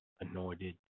anointed